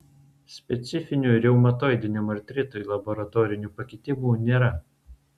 specifinių reumatoidiniam artritui laboratorinių pakitimų nėra